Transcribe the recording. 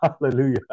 Hallelujah